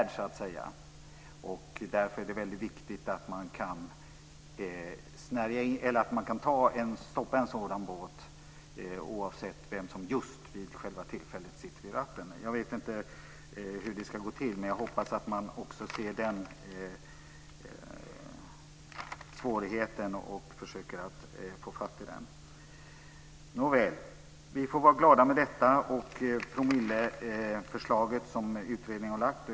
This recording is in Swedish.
Det är därför väldigt viktigt att man kan stoppa en sådan båt oavsett vem som för tillfället sitter vid ratten. Jag vet inte hur detta ska gå till, men jag hoppas att man försöker komma till rätta med denna svårighet. Vi får vara glada med det promilleförslag som utredningen har lagt fram.